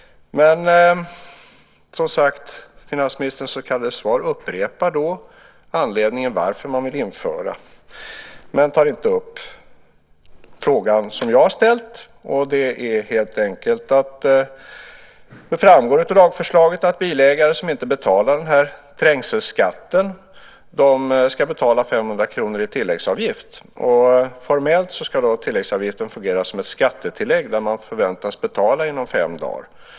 Som sagt, i finansministerns så kallade svar upprepas anledningen till att man vill införa trängselavgifter. Men finansministern tar inte upp den fråga som jag har ställt. Det framgår av lagförslaget att bilägare som inte betalar trängselskatten ska betala 500 kr i tilläggsavgift. Formellt ska då tilläggsavgiften fungera som ett skattetillägg där man förväntas att betala inom fem dagar.